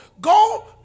go